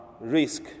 risk